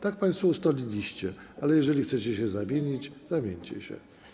Tak państwo ustaliliście, ale jeżeli chcecie się zamienić, zamieńcie się.